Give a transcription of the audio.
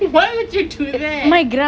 why would you do that